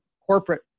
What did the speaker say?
Corporate